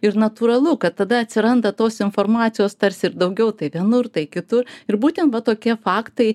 ir natūralu kad tada atsiranda tos informacijos tarsi ir daugiau tai vienur tai kitur ir būtent tokie faktai